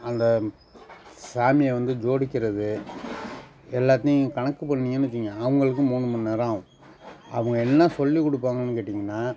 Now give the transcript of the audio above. அந்த சாமியை வந்து ஜோடிக்கிறது எல்லாத்தையும் கணக்கு பண்ணீங்கன்னு வச்சிங்க அவங்களுக்கு மூணு மணி நேரம் ஆகும் அவங்க என்ன சொல்லிக் கொடுப்பாங்கன்னு கேட்டீங்கன்னால்